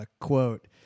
quote